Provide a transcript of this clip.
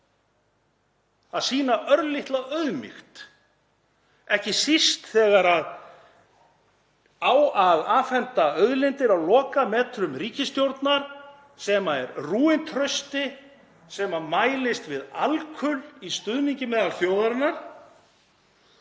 að sýna örlitla auðmýkt, ekki síst þegar á að afhenda auðlindir á lokametrum ríkisstjórnar sem er rúin trausti, sem mælist við alkul í stuðningi meðal þjóðarinnar.